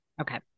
Okay